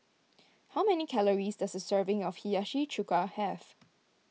how many calories does a serving of Hiyashi Chuka have